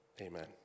Amen